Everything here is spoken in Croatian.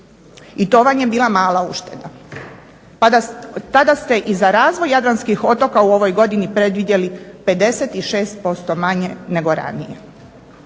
I to vam je bila mala ušteda. Tada ste i za razvoj jadranskih otoka u ovoj godini predvidjeli 56% manje nego ranije.